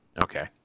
Okay